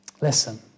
Listen